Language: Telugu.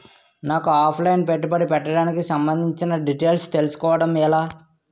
నాకు ఆఫ్ లైన్ పెట్టుబడి పెట్టడానికి సంబందించిన డీటైల్స్ తెలుసుకోవడం ఎలా?